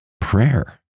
prayer